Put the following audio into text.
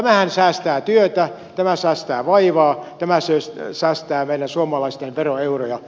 tämähän säästää työtä tämä säästää vaivaa tämä säästää meidän suomalaisten veroeuroja